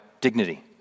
dignity